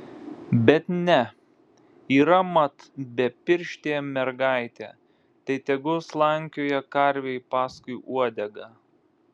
bet ne yra mat bepirštė mergaitė tai tegu slankioja karvei paskui uodegą